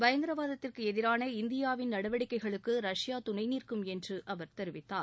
பயங்கரவாதத்திற்கு எதிரான இந்தியாவின் நடவடிக்கைகளுக்கு ரஷ்யா துணை நிற்கும் என்று அவர் தெரிவித்தார்